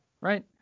Right